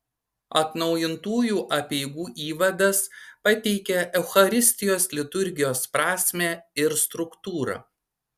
atnaujintųjų apeigų įvadas pateikia eucharistijos liturgijos prasmę ir struktūrą